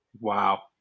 Wow